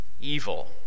evil